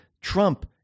Trump